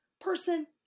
person